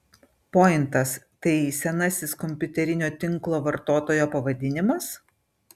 pointas tai senasis kompiuterinio tinklo vartotojo pavadinimas